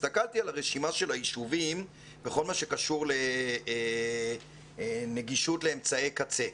הסתכלתי על הרשימה של הישובים בכל מה שקשור לנגישות לאמצעי קצה,